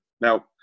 Now